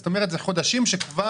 זאת אומרת אלה חודשים שכבר,